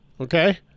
Okay